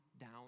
down